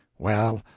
well,